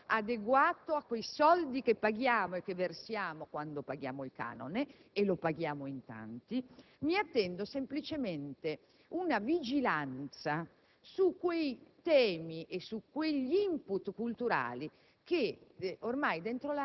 di un servizio adeguato ai soldi che versiamo quando paghiamo il canone - e lo paghiamo in tanti - mi attendo semplicemente una vigilanza sui temi e sugli *input* culturali